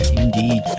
indeed